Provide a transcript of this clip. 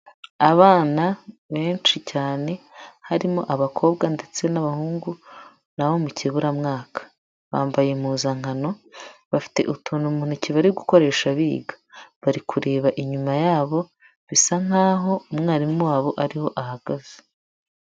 Abana benshi cyane, harimo abakobwa ndetse n'abahungu, ni abo mu kiburamwaka. Bambaye impuzankano, bafite utuntu mu ntoki bari gukoresha biga. Bari kureba inyuma yabo, bisa nkaho umwarimu wabo ari ho ahagaze.